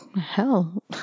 hell